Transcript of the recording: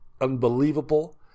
unbelievable